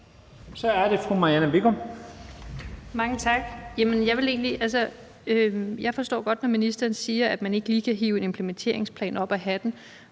Kl. 15:37 Marianne Bigum (SF): Mange tak. Jeg forstår det godt, når ministeren siger, at man ikke lige kan hive en implementeringsplan op af hatten.